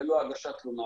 ללא הגשת תלונה,